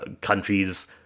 countries